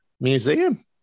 museum